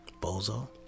Bozo